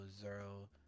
Zero